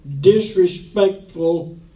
disrespectful